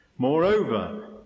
Moreover